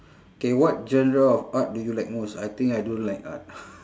K what genre of art do you like most I think I don't like art